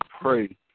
pray